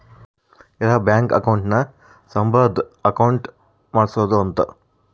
ಇರ bank account ನ ಸಂಬಳದ್ ಅಕೌಂಟ್ ಮಾಡ್ಸೋದ ಅಂತ